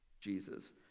Jesus